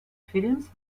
films